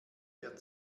der